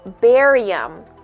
barium